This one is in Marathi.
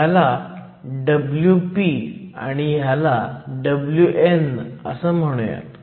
ह्याला Wp आणि ह्याला Wn म्हणूयात